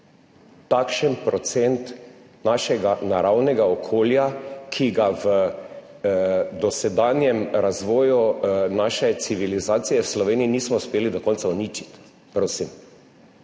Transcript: takšen procent našega naravnega okolja, ki ga v dosedanjem razvoju naše civilizacije v Sloveniji nismo uspeli do konca uničiti, prosim.